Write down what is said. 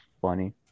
funny